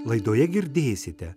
laidoje girdėsite